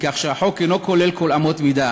מכך שהחוק אינו כולל כל אמות מידה,